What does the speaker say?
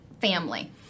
family